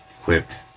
equipped